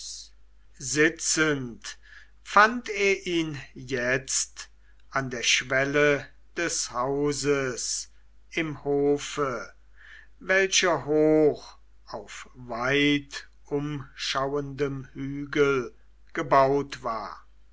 sitzend fand er ihn jetzt an der schwelle des hauses im hofe welcher hoch auf weitumschauendem hügel gebaut war